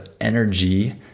energy